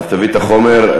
תביא את החומר.